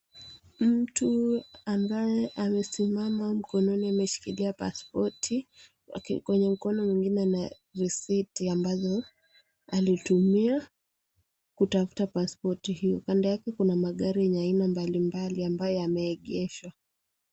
Mtu ambaye amesimama mkononi ameshikilia paspoti, kwenye mkono ngine ana risiti ambazo alitumia kutafuta paspoti hiyo kando yake kuna magari ya aina mbali mbali ambayo yameegeshwa.